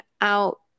out